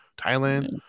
Thailand